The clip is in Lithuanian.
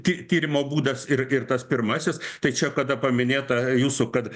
ty tyrimo būdas ir ir tas pirmasis tai čia kada paminėta jūsų kad